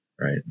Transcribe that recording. right